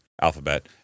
Alphabet